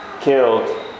killed